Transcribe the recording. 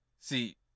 See